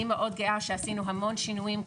אני מאוד גאה שעשינו המון שינויים,